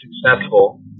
successful